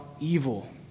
evil